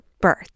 birth